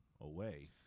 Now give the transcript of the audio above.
away